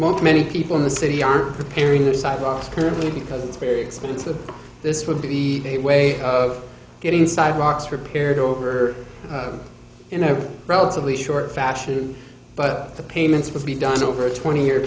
most many people in the city are preparing the sidewalks currently because it's very expensive this would be a way of getting sidewalks repaired over in a relatively short fashion but the payments would be done over a twenty year